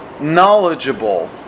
knowledgeable